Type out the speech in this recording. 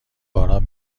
باران